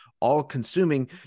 all-consuming